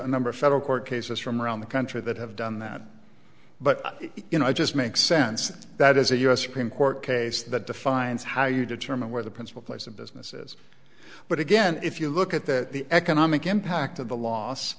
a number of federal court cases from around the country that have done that but you know it just makes sense that as a u s supreme court case that defines how you determine where the principal place of business is but again if you look at that the economic impact of the loss